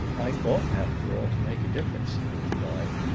i ought after all to make a difference, i replied.